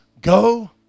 go